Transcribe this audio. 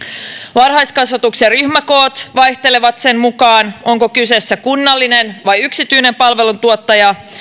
varhaiskasvatuksen ryhmäkoot vaihtelevat sen mukaan onko kyseessä kunnallinen vai yksityinen palveluntuottaja